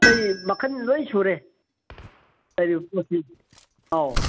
ꯑꯇꯩ ꯃꯈꯟ ꯂꯣꯏꯅ ꯁꯨꯔꯦ ꯂꯩꯔꯤꯕ ꯄꯣꯠꯁꯤ ꯑꯧ